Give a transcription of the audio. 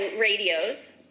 radios